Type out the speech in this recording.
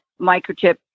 microchip